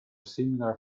similar